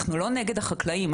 אנחנו לא נגד החקלאים.